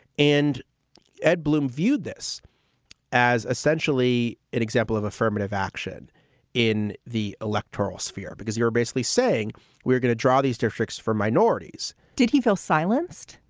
and ed blum viewed this as essentially an example of affirmative action in the electoral sphere, because you're basically saying we're going to draw these districts for minorities. did he feel silenced?